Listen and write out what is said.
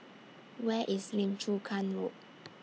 Where IS Lim Chu Kang Road